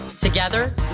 Together